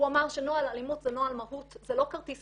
הוא אמר שנוהל אלימות זה נוהל מהות, זה לא כרטיס